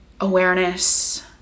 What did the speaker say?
Awareness